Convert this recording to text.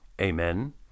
Amen